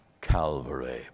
Calvary